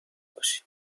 باشی